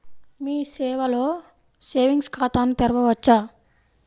మీ సేవలో సేవింగ్స్ ఖాతాను తెరవవచ్చా?